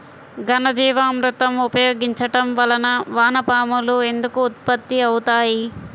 ఘనజీవామృతం ఉపయోగించటం వలన వాన పాములు ఎందుకు ఉత్పత్తి అవుతాయి?